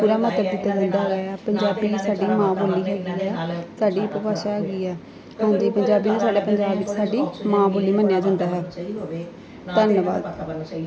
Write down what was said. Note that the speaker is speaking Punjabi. ਪੂਰਾ ਮਹੱਤਵ ਦਿੱਤਾ ਜਾਂਦਾ ਹੈਗਾ ਆ ਪੰਜਾਬੀ ਸਾਡੀ ਮਾਂ ਬੋਲੀ ਹੈਗੀ ਆ ਸਾਡੀ ਉਪਭਾਸ਼ਾ ਹੈਗੀ ਹੈ ਹੁੰਦੀ ਪੰਜਾਬੀ ਨੂੰ ਸਾਡਾ ਪੰਜਾਬ ਵਿੱਚ ਸਾਡੀ ਮਾਂ ਬੋਲੀ ਮੰਨਿਆ ਜਾਂਦਾ ਹੈ ਧੰਨਵਾਦ